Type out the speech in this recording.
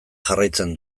jarraitzen